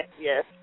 Yes